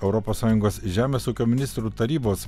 europos sąjungos žemės ūkio ministrų tarybos